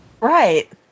Right